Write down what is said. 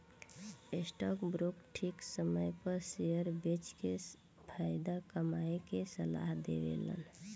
stock broker ठीक समय पर शेयर बेच के फायदा कमाये के सलाह देवेलन